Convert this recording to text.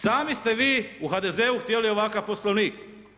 Sami ste vi u HDZ-u htjeli ovakav Poslovnik.